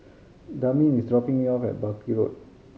Daneen is dropping me off at Buckley Road